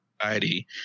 society